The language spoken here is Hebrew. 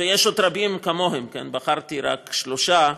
ויש עוד רבים כמוהם, בחרתי רק שלושה,